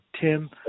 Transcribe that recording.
Tim